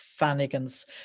Fannigan's